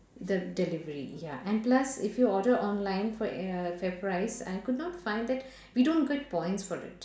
the delivery ya and plus if you order online for err fairprice I could not find that we don't get points for it